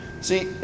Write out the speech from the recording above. See